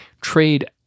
trade